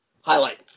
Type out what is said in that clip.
Highlight